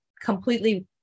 completely